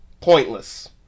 Pointless